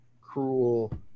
cruel